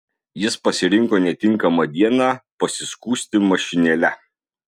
jis pasirinko netinkamą dieną pasiskųsti mašinėle